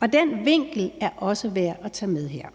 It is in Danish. og den vinkel er også værd at tage med her.